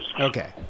Okay